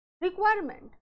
requirement